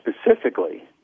specifically